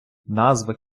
назва